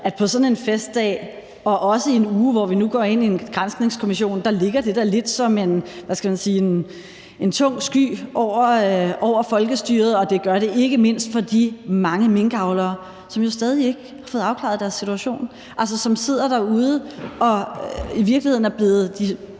det på sådan en festdag, hvor vi nu også går ind i en uge med en granskningskommission, ligger lidt som en – hvad skal man sige – tung sky over folkestyret. Og det gør det ikke mindst for de mange minkavlere, som jo stadig ikke har fået afklaret deres situation – altså som sidder derude og i virkeligheden er blevet,